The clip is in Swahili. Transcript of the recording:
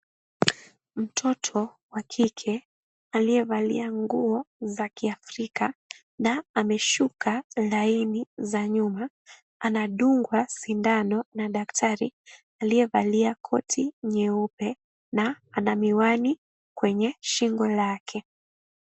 Mtoto wa kike, aliyevalia nguo za kiafrika na ameshuka laini za nyuma, anadungwa sindano na daktari, aliyevalia koti nyeupe na ana miwani kwenye shingo lake.